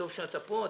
טוב שאתה פה,